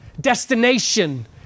destination